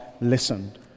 listened